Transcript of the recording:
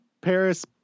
Paris